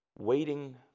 Waiting